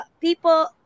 people